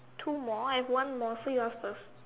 two more I have one more so you ask first